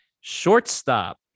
shortstop